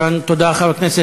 זרועותיכם יגשימו את